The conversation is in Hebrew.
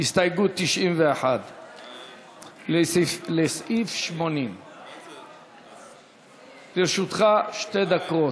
הסתייגות 91 לסעיף 80. לרשותך שתי דקות.